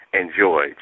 enjoy